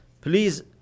Please